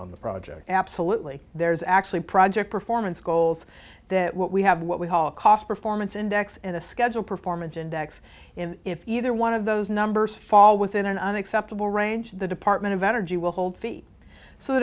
on the project absolutely there's actually project performance goals that what we have what we call a cost performance index and a schedule performance index in either one of those numbers fall within an acceptable range the department of energy will hold feet so